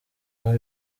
aho